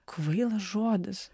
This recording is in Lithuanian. kvailas žodis